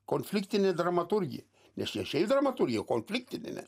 konfliktinė dramaturgija nes ne šiaip dramaturgija konfliktinė